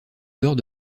dehors